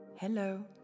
Hello